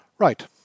Right